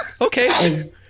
Okay